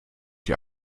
die